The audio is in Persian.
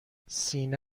سینه